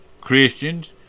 Christians